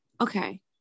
okay